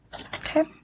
Okay